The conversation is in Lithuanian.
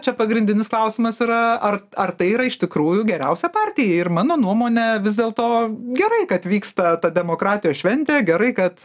čia pagrindinis klausimas yra ar ar tai yra iš tikrųjų geriausia partija ir mano nuomone vis dėlto gerai kad vyksta ta demokratijos šventė gerai kad